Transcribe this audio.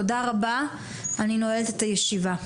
תודה רבה, אני נועלת את הישיבה.